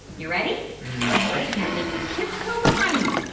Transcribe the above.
you ready? no now just tiptoe behind me.